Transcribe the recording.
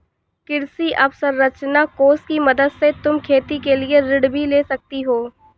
कृषि अवसरंचना कोष की मदद से तुम खेती के लिए ऋण भी ले सकती हो